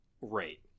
rate